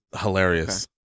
hilarious